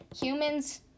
Humans